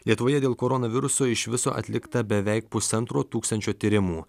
lietuvoje dėl koronaviruso iš viso atlikta beveik pusantro tūkstančio tyrimų